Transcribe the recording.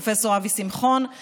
פרופ' אבי שמחון,